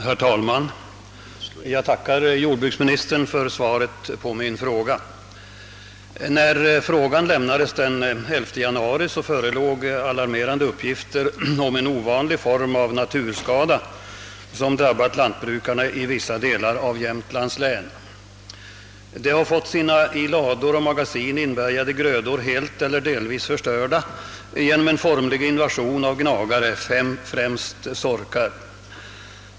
Herr talman! Jag tackar jordbruksministern för svaret på min fråga. När frågan framställdes den 11 januari förelåg alarmerande uppgifter om en ovanlig form av naturskada, som drabbat lantbrukarna i vissa delar av Jämtlands län. De hade fått sina i lador och magasin inbärgade grödor helt eller delvis förstörda genom en formlig invasion av gnagare, främst sorkar.